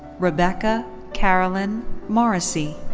rebecca carolina and morrissey.